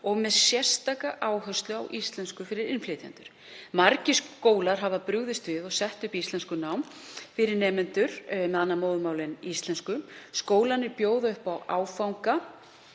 og með sérstaka áherslu á íslensku fyrir innflytjendur. Margir skólar hafa brugðist við og sett upp íslenskunám fyrir nemendur með annað móðurmál en íslensku. Skólarnir bjóða upp á áfanga